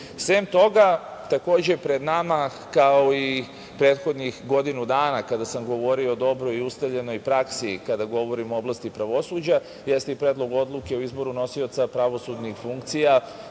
VSS.Sem toga, takođe pred nama, kao i prethodnih godinu dana kada sam govorio o dobroj i ustaljenoj praksi, kada govorim o oblasti pravosuđa, jeste i Predlog odluke o izboru nosioca pravosudnih funkcija